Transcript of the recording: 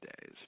days